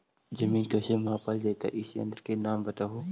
जमीन कैसे मापल जयतय इस यन्त्र के नाम बतयबु?